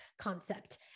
concept